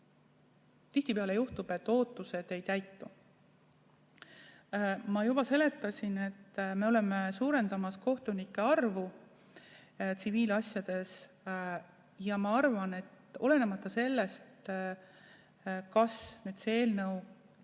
tihtipeale juhtub, et ootused ei täitu. Ma juba seletasin, et me suurendame kohtunike arvu tsiviilasjade menetlemises. Ma arvan, et olenemata sellest, kas see eelnõu